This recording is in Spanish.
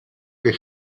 que